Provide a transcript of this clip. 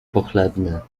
pochlebne